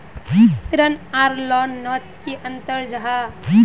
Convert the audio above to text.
ऋण आर लोन नोत की अंतर जाहा?